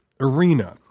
arena